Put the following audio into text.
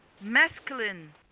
masculine